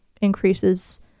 increases